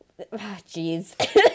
Jeez